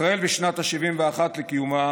ישראל בשנת ה-71 לקיומה